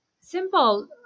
Simple